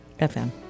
FM